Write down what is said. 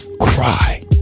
cry